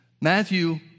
Matthew